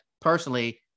personally